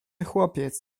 chłopiec